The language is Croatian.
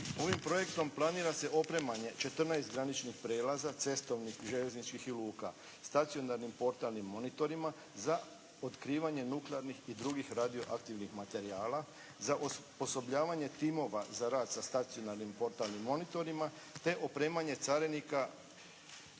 Ovim projektom planira se opremanje 14 graničnih prijelaza, cestovnih, željezničkih i luka, stacionarnim portalnim monitorima za otkrivanje nuklearnih i drugih radioaktivnih materijala za osposobljavanje timova za rad sa stacionarnim portalnim monitorima, te opremanje carinika